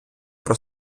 про